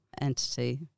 entity